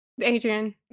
Adrian